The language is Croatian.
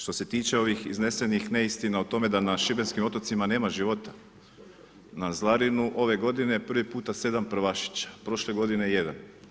Što se tiče ovih iznesenih neistina o tome da na šibenskim otocima nema života, na Zlarinu ove godine prvi puta 7 prvašića, prošle godine jedan.